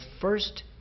first